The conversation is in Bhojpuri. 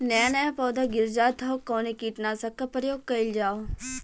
नया नया पौधा गिर जात हव कवने कीट नाशक क प्रयोग कइल जाव?